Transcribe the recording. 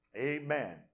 Amen